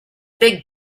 big